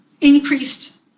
increased